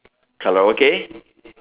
Karaoke